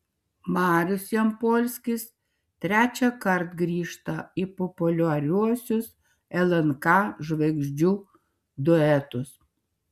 marius jampolskis trečiąkart grįžta į populiariuosius lnk žvaigždžių duetus